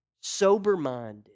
sober-minded